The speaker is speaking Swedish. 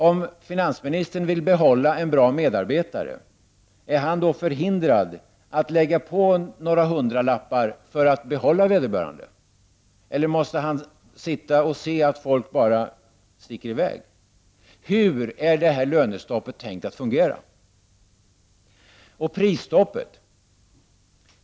Om finansministern vill behålla en bra medarbetare, är han då förhindrad att lägga på några hundralappar för att behålla vederbörande, eller måste han sitta och se att folk bara sticker i väg? Hur är detta lönestopp tänkt att fungera? Och hur blir det med prisstoppet?